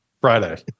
Friday